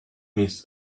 miss